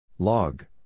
Log